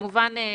כמובן אנחנו